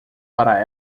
para